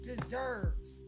deserves